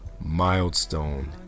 Milestone